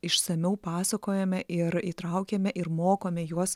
išsamiau pasakojame ir įtraukiame ir mokome juos